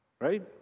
right